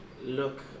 Look